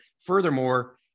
Furthermore